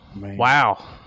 Wow